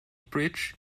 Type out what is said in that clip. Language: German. bridge